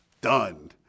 done